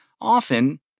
often